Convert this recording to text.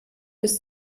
bis